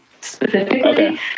specifically